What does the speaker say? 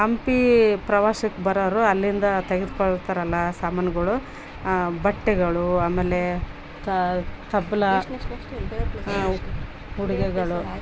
ಹಂಪಿ ಪ್ರವಾಸಕ್ಕೆ ಬರಾವ್ರು ಅಲ್ಲಿಂದ ತೆಗೆದ್ಕೊಳ್ತಾರಲ್ಲ ಆ ಸಾಮಾನುಗಳು ಬಟ್ಟೆಗಳು ಆಮೇಲೆ ತಬಲ ಉಡುಗೆಗಳು